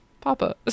Papa